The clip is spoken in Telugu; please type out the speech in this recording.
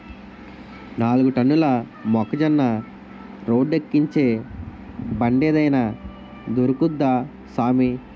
నాలుగు టన్నుల మొక్కజొన్న రోడ్డేక్కించే బండేదైన దొరుకుద్దా సామీ